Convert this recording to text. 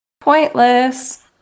Pointless